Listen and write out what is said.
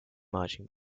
marching